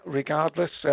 regardless